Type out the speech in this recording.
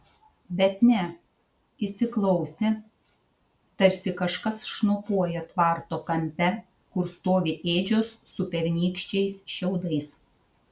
bet ne įsiklausė tarsi kažkas šnopuoja tvarto kampe kur stovi ėdžios su pernykščiais šiaudais